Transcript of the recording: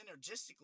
synergistically